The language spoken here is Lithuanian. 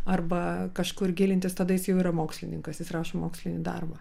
arba kažkur gilintis tada jis jau yra mokslininkas jis rašo mokslinį darbą